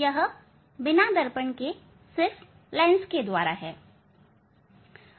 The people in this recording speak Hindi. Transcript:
यह बिना दर्पण के सिर्फ लेंस के द्वारा है